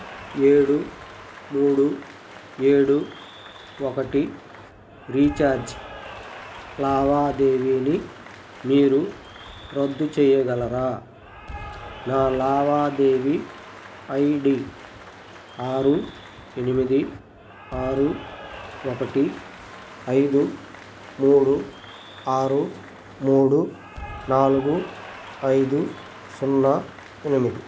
ఏడు మూడు ఏడు ఒకటి రీఛార్జ్ లావాదేవీని మీరు రద్దు చేయగలరా నా లావాదేవీ ఐ డీ ఆరు ఎనిమిది ఆరు ఒకటి ఐదు మూడు ఆరు మూడు నాలుగు ఐదు సున్నా ఎనిమిది